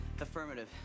Affirmative